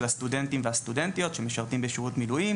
הסטודנטים והסטודנטיות שמשרתים בשירות מילואים,